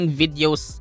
videos